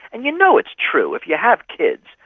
and you know it's true. if you have kids,